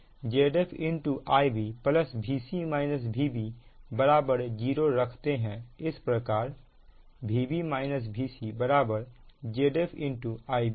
तो इस तरह से हम Zf Ib Vc Vb 0 रखते हैं इस प्रकार Vb Vc Zf Ib है